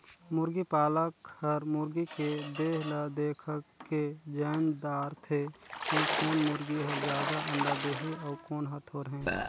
मुरगी पालक हर मुरगी के देह ल देखके जायन दारथे कि कोन मुरगी हर जादा अंडा देहि अउ कोन हर थोरहें